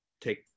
take